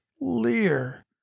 lear